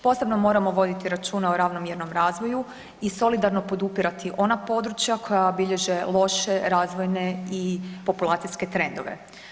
Posebno moramo voditi računa o ravnomjernom razvoju i solidarno podupirati ona područja koja bilježe loše razvojne i populacijske trendove.